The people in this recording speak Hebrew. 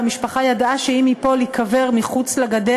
והמשפחה ידעה שאם הוא ייפול הוא ייקבר מחוץ לגדר.